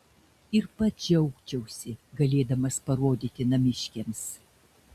ir pats džiaugčiausi galėdamas parodyti namiškiams